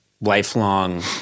lifelong